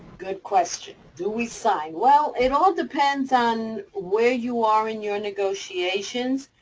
good question. do we sign? well, it all depends on where you are in your negotiations.